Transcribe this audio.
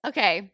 Okay